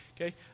okay